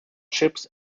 ships